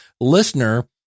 listener